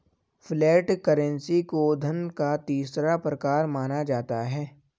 flat currency को धन का तीसरा प्रकार माना जाता है